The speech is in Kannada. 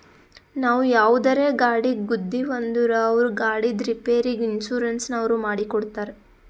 ನಾವು ಯಾವುದರೇ ಗಾಡಿಗ್ ಗುದ್ದಿವ್ ಅಂದುರ್ ಅವ್ರ ಗಾಡಿದ್ ರಿಪೇರಿಗ್ ಇನ್ಸೂರೆನ್ಸನವ್ರು ಮಾಡಿ ಕೊಡ್ತಾರ್